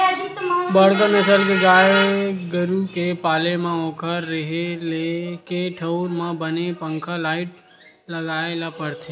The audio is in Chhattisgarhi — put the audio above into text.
बड़का नसल के गाय गरू के पाले म ओखर रेहे के ठउर म बने पंखा, लाईट लगाए ल परथे